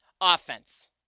offense